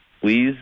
Please